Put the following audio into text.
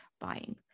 buying